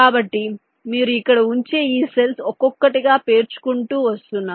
కాబట్టి మీరు ఇక్కడ ఉంచే ఈ సెల్స్ ఒక్కొక్కటిగా పేర్చుకుంటూ వస్తున్నారు